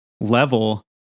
level